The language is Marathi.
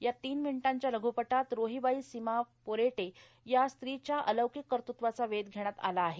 या तीन मिनिटांच्या लघ्पटात रोहिबाई सीमा पोपेटे या स्त्रीच्या अलौकिक कर्तृत्वाचा वेध घेण्यात आला आहे